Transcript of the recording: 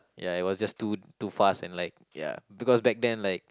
ya it was just too too fast and like ya because back then like